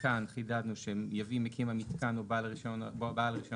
כאן חידדנו ש"יביא מקים המיתקן או בעל רישן ההולכה